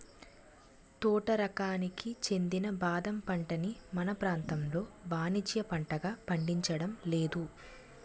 తోట రకానికి చెందిన బాదం పంటని మన ప్రాంతంలో వానిజ్య పంటగా పండించడం లేదు